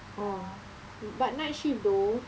oh but night shift though